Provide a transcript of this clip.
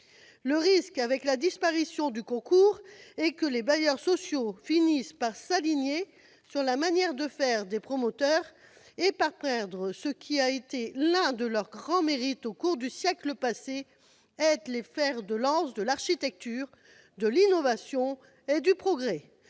Le risque, avec la disparition du concours, est que les bailleurs sociaux finissent par s'aligner sur la manière de faire des promoteurs et perdent ce qui fut un de leur grand mérite au cours du siècle passé : être les fers de lance de l'architecture, de l'innovation et du progrès.